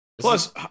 Plus